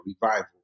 revival